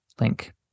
link